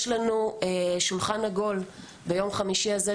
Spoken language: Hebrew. יש לנו שולחן עגול ביום חמישי הזה,